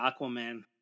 Aquaman